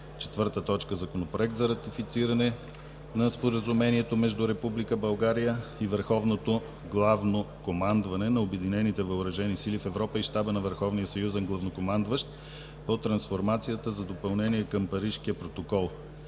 юни 2017 г. 4. Законопроект за ратифициране на Споразумението между Република България и Върховното Главно Командване на Обединените Въоръжени Сили в Европа и Щаба на Върховния съюзен главнокомандващ по трансформацията за допълнение към Парижкия протокол.